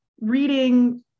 reading